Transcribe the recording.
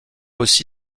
aussi